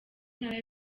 ntara